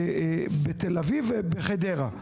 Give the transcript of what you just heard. בתל אביב ובחדרה.